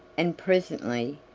and presently,